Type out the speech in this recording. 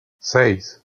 seis